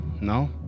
no